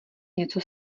něco